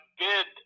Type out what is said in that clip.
bid